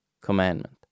commandment